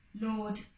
Lord